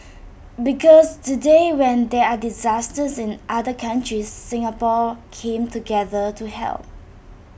because today when there are disasters in other countries Singapore came together to help